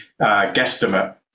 guesstimate